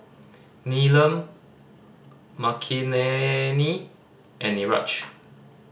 Neelam Makineni and Niraj